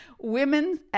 Women